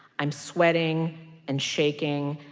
i'm sweating and shaking.